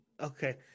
Okay